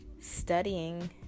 studying